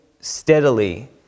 steadily